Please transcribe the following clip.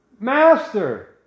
Master